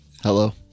Hello